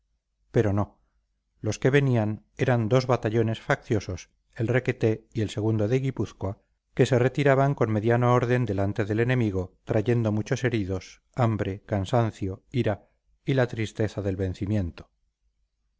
pero no los que venían eran dos batallones facciosos el requeté y el o de guipúzcoa que se retiraban con mediano orden delante del enemigo trayendo muchos heridos hambre cansancio ira y la tristeza del vencimiento